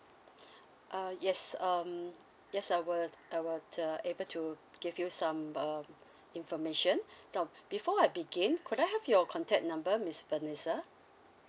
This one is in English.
uh yes um yes I'll I'll the able to give you some um information now before I begin could I have your contact number miss vanessa